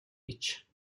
гэж